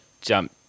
jump